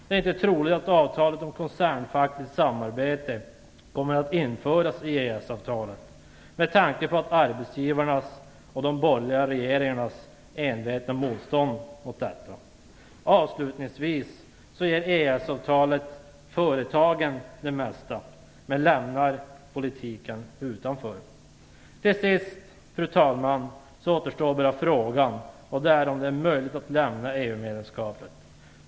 Det är inte troligt att avtalet om koncernfackligt samarbete kommer att införas i EES avtalet med tanke på arbetsgivarnas och den borgerliga regeringens envetna motstånd mot detta. Avslutningsvis ger EES-avtalet företagen det mesta men lämnar politiken utanför. Till sist, fru talman, återstår bara en fråga, och det är om det är möjligt att lämna EU-medlemskapet.